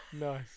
Nice